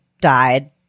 died